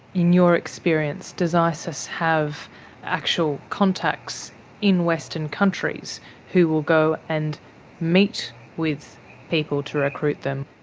in your experience does isis have actual contacts in western countries who will go and meet with people to recruit them?